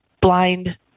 blind